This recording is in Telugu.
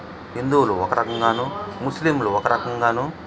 హిందువులు ఒక రకంగానూ ముస్లింలు ఒక రకంగానూ